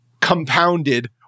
compounded